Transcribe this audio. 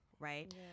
Right